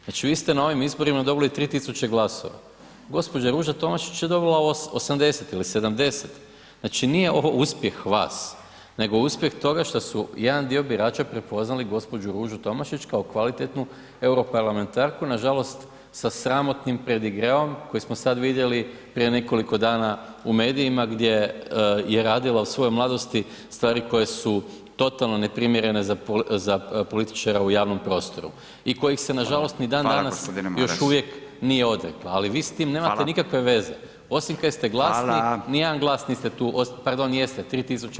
Znači vi ste na ovim izborima dobili 3.000 glasova, gospođa Ruža Tomašić je dobila 80 ili 70 znači nije uspjeh vas, nego uspjeh toga što su jedan dio birača prepoznali gospođu Ružu Tomašić kao kvalitetnu europarlamentarku nažalost sa sramotnim pedigreom koji smo sad vidjeli prije nekoliko dana u medijima gdje je radila u svojoj mladosti stvari koje su totalno neprimjerene za političara u javnom prostoru i kojih se nažalost ni dan danas [[Upadica: Hvala gospodine Maras.]] još uvijek nije odrekla, ali vi s tim nemate nikakve veze, osim kaj ste glasni [[Upadica: Hvala.]] ni jedan glas niste tu, pardon jeste 3.000 glasova ste donijeli.